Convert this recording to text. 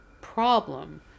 problem